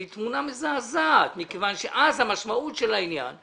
היא תמונה מזעזעת מכיוון שאז המשמעות של העניין היא